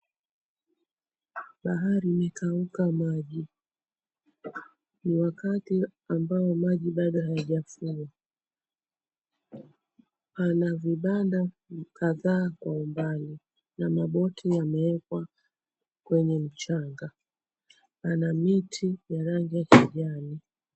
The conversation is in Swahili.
Bahari imekauka maji, ni wakati ambao maji bado hayajafungwa. Pana vibanda kadhaa kwa umbali na maboti yamewekwa kwenye mchanga ana miti ya rangi ya kijani.